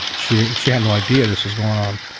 she she had no idea this was going on.